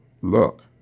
Look